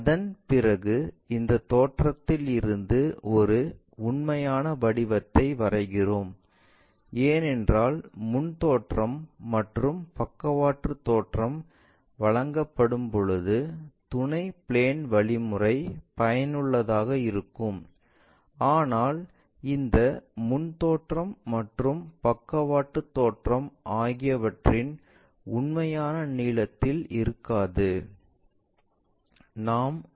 அதன்பிறகு இந்த தோற்றயில் இருந்து ஒரு உண்மையான வடிவத்தை வரைகிறோம் ஏனென்றால் முன் தோற்றம் மற்றும் பக்கவாட்டுத் தோற்றம் வழங்கப்படும்போது துணை பிளேன் வழிமுறை பயனுள்ளதாக இருக்கும் ஆனால் இந்த முன் தோற்றம் மற்றும் பக்கவாட்டுத் தோற்றம் ஆகியவற்றின் உண்மையான நீலத்திஇல் இருக்காது